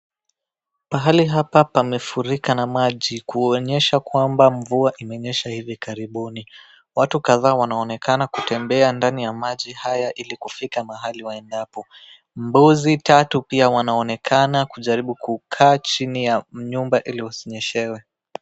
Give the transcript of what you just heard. Pahali hapa pamefurika na maji kuonyesha kwamba mvua imenyesha hivi karibuni. Watu kadhaa wanaonekana kutembea ndani ya maji haya ili kufika mahali waendapo. Mbuzi tatu pia wanaonekana kujaribu kukaa chini ya nyumba ili wasinyeshewe.